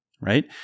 right